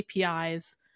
APIs